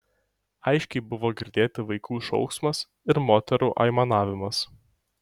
aiškiai buvo girdėti vaikų šauksmas ir moterų aimanavimas